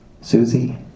Susie